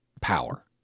power